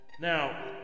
Now